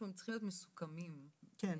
צריכים להיות מסוכמים בהבנה.